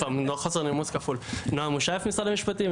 משרד המשפטים,